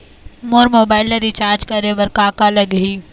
मोर mobile ला recharge करे बर का का लगही?